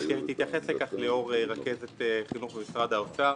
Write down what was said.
תתייחס לכך ליאור, רכזת חינוך במשרד האוצר.